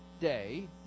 day